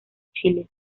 chile